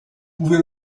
pouvez